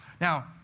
Now